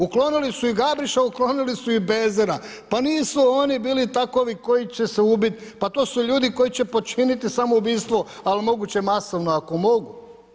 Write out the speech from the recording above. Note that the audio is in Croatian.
Uklonili su i Gabriša, uklonili su i Bezera, pa nisu oni bili takovi, koji će se ubiti, pa to su ljudi koji će počiniti samoubojstvo, ali moguće masovno ako mogu.